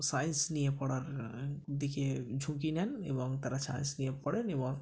science নিয়ে পড়ার দিকে ঝুঁকি নেন এবং তারা সাইন্স নিয়ে পড়েন এবং